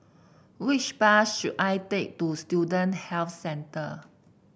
which bus should I take to Student Health Centre